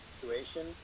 situation